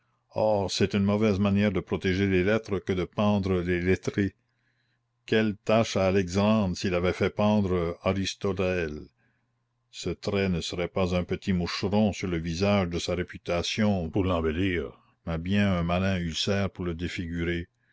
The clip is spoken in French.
or c'est une mauvaise manière de protéger les lettres que de pendre les lettrés quelle tache à alexandre s'il avait fait pendre aristoteles ce trait ne serait pas un petit moucheron sur le visage de sa réputation pour l'embellir mais bien un malin ulcère pour le défigurer